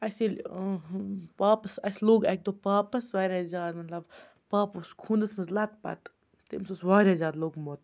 اَسہِ ییٚلہِ پاپَس اَسہِ لوٚگ اَکہِ دۄہ پاپَس واریاہ زیادٕ مطلب پاپہ اوس خوٗنَس منٛز لَت پَت تٔمِس اوس واریاہ زیادٕ لوٚگمُت